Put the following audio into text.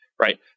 Right